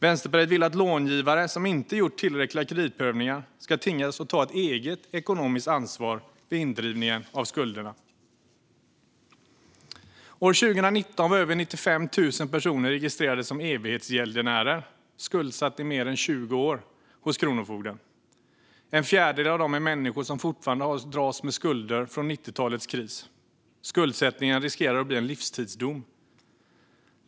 Vänsterpartiet vill att långivare som inte gjort tillräckliga kreditprövningar ska tvingas ta ett eget ekonomiskt ansvar vid indrivningen av skulderna. År 2019 var över 95 000 personer registrerade som evighetsgäldenärer - det vill säga skuldsatta i mer än 20 år - hos Kronofogden. En fjärdedel av dem är människor som fortfarande dras med skulder från 90-talets kris. Skuldsättningen riskerar att bli en livstidsdom.